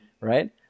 right